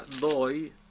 Boy